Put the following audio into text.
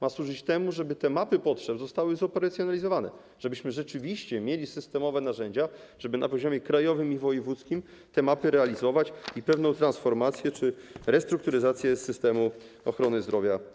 Ma służyć temu, żeby mapy potrzeb zostały zoperacjonalizowane, żebyśmy rzeczywiście mieli systemowe narzędzia, żeby na poziomie krajowym i wojewódzkim te mapy realizować i realizować pewną transformację czy restrukturyzację systemu ochrony zdrowia.